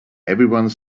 everyone